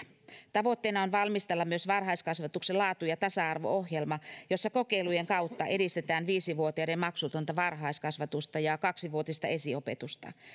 tavoitteena on valmistella myös varhaiskasvatuksen laatu ja tasa arvo ohjelma jossa kokeilujen kautta edistetään viisi vuotiaiden maksutonta varhaiskasvatusta ja kaksivuotista esiopetusta